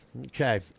okay